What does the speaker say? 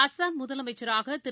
Assam முதலமைச்சராகதிரு